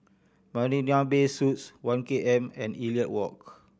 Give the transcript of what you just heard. Marina Bay Suites One K M and Elliot Walk